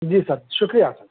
جی sir شُکریہ سر